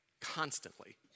constantly